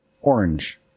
orange